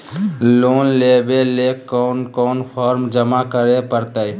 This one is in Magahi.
लोन लेवे ले कोन कोन फॉर्म जमा करे परते?